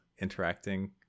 interacting